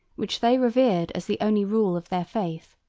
which they revered as the only rule of their faith.